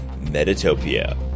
Metatopia